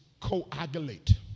coagulate